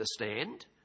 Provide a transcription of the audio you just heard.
understand